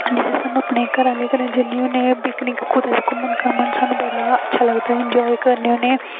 जिसलै अस अपने घरें आहलें कन्नै जन्ने होन्ने पिकनिक कुदै घूमन घामन सानूं बड़ा अच्छा लगदा ऐ इंजाय करने होन्नें